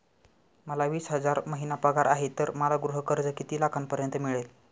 मला वीस हजार महिना पगार आहे तर मला गृह कर्ज किती लाखांपर्यंत मिळेल?